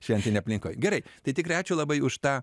šventinėj aplinkoj gerai tai tikrai ačiū labai už tą